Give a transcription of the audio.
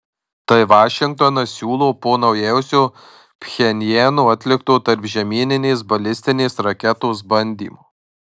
tai vašingtonas siūlo po naujausio pchenjano atlikto tarpžemyninės balistinės raketos bandymo